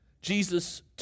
Jesus